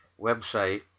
website